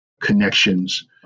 connections